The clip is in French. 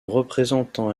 représentant